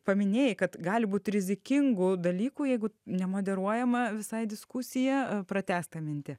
paminėjai kad gali būt rizikingų dalykų jeigu nemoderuojama visai diskusija pratęsk tą mintį